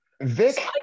Vic